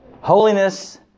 Holiness